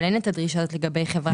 אבל אין את הדרישה הזאת לגבי חברת מעטים.